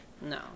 No